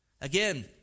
Again